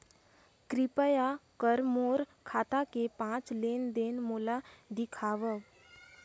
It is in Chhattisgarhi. कृपया कर मोर खाता के पांच लेन देन मोला दिखावव